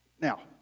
Now